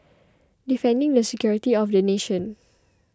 defending the security of the nation